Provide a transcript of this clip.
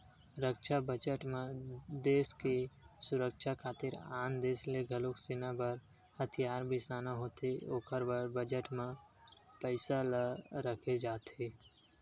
रक्छा बजट म देस के सुरक्छा खातिर आन देस ले घलोक सेना बर हथियार बिसाना होथे ओखर बर बजट म पइसा ल रखे जाथे